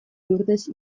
lurdes